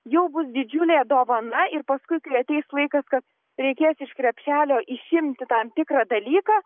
jau bus didžiulė dovana ir paskui kai ateis laikas kad reikės iš krepšelio išimti tam tikrą dalyką